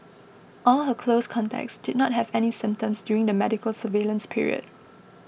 all her close contacts did not have any symptoms during the medical surveillance period